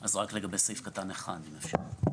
אז רק לגבי סעיף קטן (1), אם אפשר.